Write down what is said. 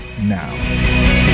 now